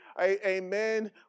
Amen